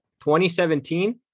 2017